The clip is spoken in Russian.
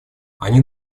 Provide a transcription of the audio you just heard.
они